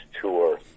tour